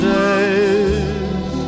days